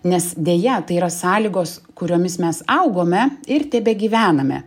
nes deja tai yra sąlygos kuriomis mes augome ir tebegyvename